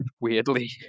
weirdly